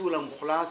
שהביטול המוחלט